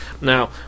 Now